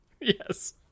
Yes